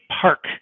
park